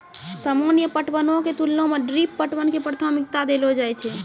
सामान्य पटवनो के तुलना मे ड्रिप पटवन के प्राथमिकता देलो जाय छै